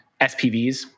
SPVs